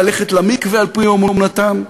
ללכת למקווה על-פי אמונתם,